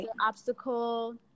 obstacle